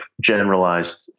generalized